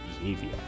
behavior